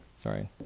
sorry